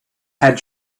had